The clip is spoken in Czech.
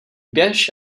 běž